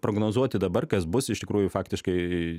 prognozuoti dabar kas bus iš tikrųjų faktiškai